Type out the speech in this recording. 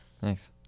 Thanks